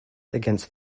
against